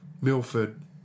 Milford